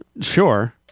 Sure